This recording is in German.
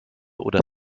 oder